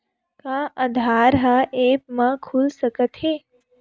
का आधार ह ऐप म खुल सकत हे?